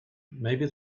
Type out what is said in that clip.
maybe